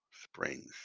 Springs